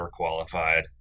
overqualified